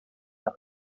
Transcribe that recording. that